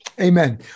Amen